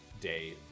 day